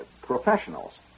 professionals